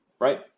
right